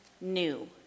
new